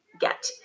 get